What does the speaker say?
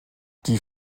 die